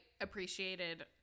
appreciated